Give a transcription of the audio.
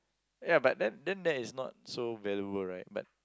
ya but then then that is not so valuable right but